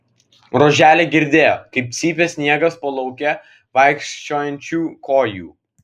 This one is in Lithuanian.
roželė girdėjo kaip cypė sniegas po lauke vaikščiojančiųjų kojų